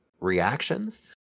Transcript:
reactions